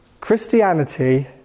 Christianity